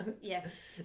Yes